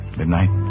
midnight